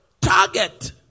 Target